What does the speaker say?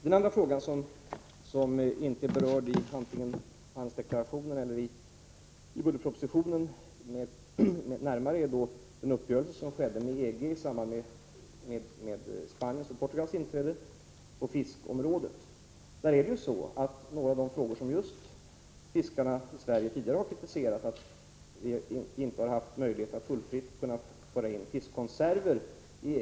Den andra frågan som inte närmare är berörd vare sig i den handelspolitiska deklarationen eller i budgetpropositionen är den uppgörelse med EG som skedde i samband med Spaniens och Portugals inträde och som gällde fiskeområdet. Bland de frågor som fiskarna i Sverige tidigare har kritiserat är justatt de inte haft möjlighet att tullfritt föra in fiskkonserver i EG-länderna.